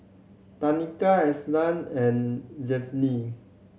Tanika Elzada and Janey